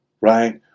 right